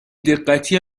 دقتی